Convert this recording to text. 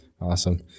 Awesome